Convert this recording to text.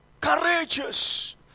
courageous